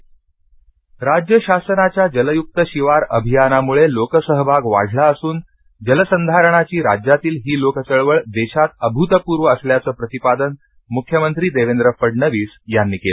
मुख्यमंत्री बुलडाणा राज्य शासनाच्या जलयुक्त शिवार अभियानामुळे लोकसहभाग वाढला असून जलसंधारणाची राज्यातील ही लोकचळवळ देशातअभूतपुर्व असल्याचं प्रतिपादन मुख्यमंत्री देवेंद्र फडणवीस यांनी केलं